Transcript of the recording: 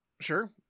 sure